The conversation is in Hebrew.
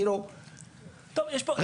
טוב יש פה סיכום, לא נפתור את זה פה.